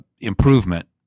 improvement